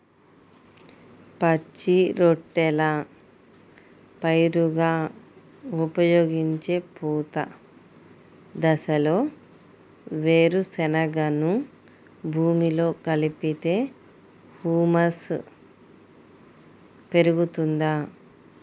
పచ్చి రొట్టెల పైరుగా ఉపయోగించే పూత దశలో వేరుశెనగను భూమిలో కలిపితే హ్యూమస్ పెరుగుతుందా?